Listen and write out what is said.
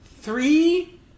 three